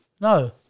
No